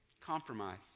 Compromise